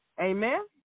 Amen